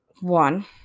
one